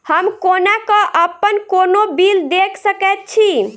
हम कोना कऽ अप्पन कोनो बिल देख सकैत छी?